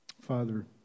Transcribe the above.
Father